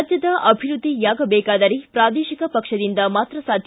ರಾಜ್ಯದ ಅಭಿವೃದ್ಧಿಯಾಗಬೇಕಾದರೆ ಪ್ರಾದೇಶಿಕ ಪಕ್ಷದಿಂದ ಮಾತ್ರ ಸಾಧ್ಯ